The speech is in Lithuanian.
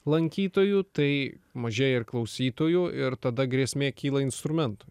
lankytojų tai mažėja ir klausytojų ir tada grėsmė kyla instrumentui